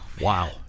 Wow